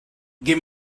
give